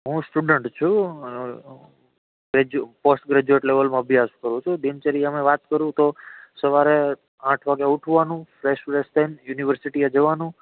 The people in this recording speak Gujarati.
હું સ્ટુડન્ટ છું ગ્રેજ પોસ્ટ ગ્રેજ્યુએટ લેવલમાં અભ્યાસ કરું છું દિનચર્યામાં વાત કરું તો સવારે આઠ વાગ્યે ઊઠવાનું ફ્રેશ વ્રેસ થઈને યુનિવર્સિટીએ જવાનું